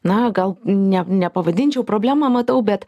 na gal ne nepavadinčiau problemą matau bet